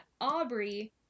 Aubrey